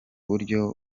buryo